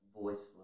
voiceless